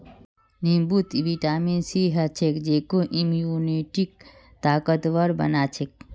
नींबूत vitamin C ह छेक जेको इम्यूनिटीक ताकतवर बना छेक